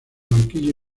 banquillo